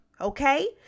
Okay